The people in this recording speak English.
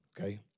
okay